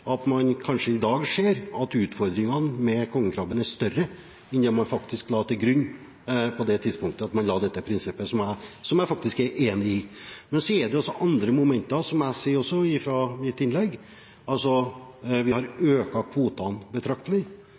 at man i dag ser at utfordringene med kongekrabben kanskje er større enn det man la til grunn på det tidspunktet da man la dette prinsippet, som jeg faktisk er enig i. Men så er det også andre momenter her, som jeg sa i mitt innlegg: Vi har økt kvotene betraktelig,